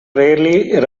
rarely